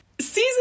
season